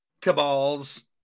Cabal's